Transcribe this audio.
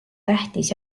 tähtis